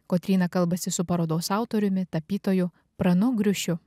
kotryna kalbasi su parodos autoriumi tapytoju pranu griušiu